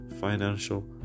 financial